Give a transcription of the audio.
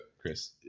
Chris